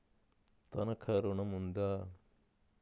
తనఖా ఋణం ఉందా?